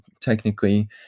technically